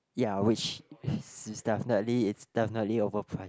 ya which it's definitely it's definitely over priced